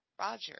Roger